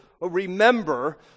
remember